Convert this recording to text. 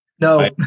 No